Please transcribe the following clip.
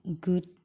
good